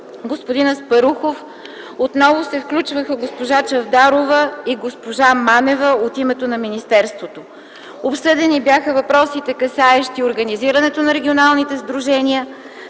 господин Аспарухов. Отново се включваха госпожа Чавдарова и госпожа Манева – от името на министерството. Обсъдени бяха въпросите, касаещи организирането на регионалните сдружения,